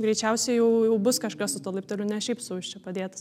greičiausiai jau jau bus kažkas su tuo laipteliu ne šiaip sau jis čia padėtas